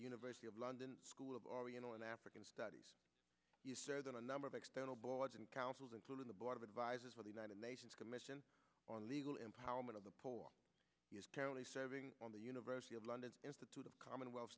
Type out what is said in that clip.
university of london school of oriental and african studies on a number of external boards and councils including the board of advisors for the united nations commission on legal empowerment of the poor serving on the university of london institute of commonwealth